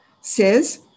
says